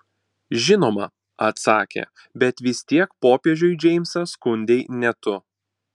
žinoma atsakė bet vis tiek popiežiui džeimsą skundei ne tu